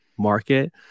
market